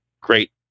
great